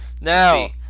Now